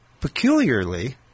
peculiarly